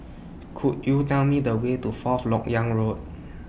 Could YOU Tell Me The Way to Fourth Lok Yang Road